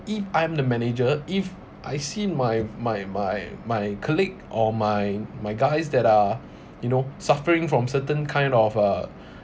if I'm the manager if I see my my my my colleague or my my guys that are you know suffering from certain kind of uh